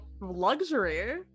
luxury